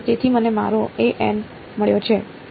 તેથી મને મારો મળ્યો છે